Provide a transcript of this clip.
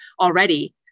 already